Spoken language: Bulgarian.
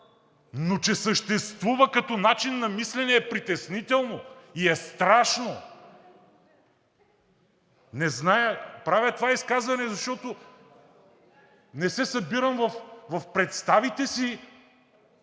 но че съществува като начин на мислене е притеснително и е страшно. Правя това изказване, защото не се събирам в представите си